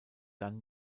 dann